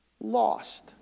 lost